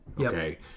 Okay